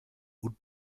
gut